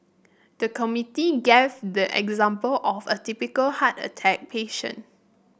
the committee gave the example of a typical heart attack patient